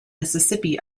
mississippi